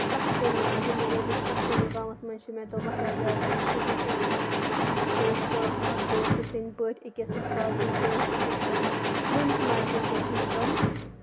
پرٮ۪تھ کُنہِ زِندگی ہِنٛدس پرٮ۪تھ کُنہِ مقامس منٛز چھِ مےٚ تِم واریاہ زیادٕ أکِس اکھ دوستہٕ اکھ دوستہٕ سٔندۍ پٲٹھۍ أکِس اُستاد سٕنٛدۍ پٲٹھۍ أکِس مٲلِس ماجی سٕنٛدۍ پٲٹھۍ چھِ مےٚ تِم